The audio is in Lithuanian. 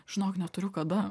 žinok neturiu kada